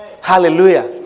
Hallelujah